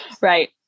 Right